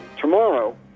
tomorrow